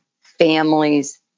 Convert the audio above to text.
families